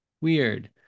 weird